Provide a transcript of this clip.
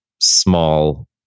small